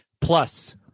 plus